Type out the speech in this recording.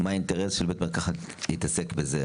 מהו האינטרס של בית מרקחת להתעסק בזה?